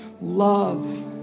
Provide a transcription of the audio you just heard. love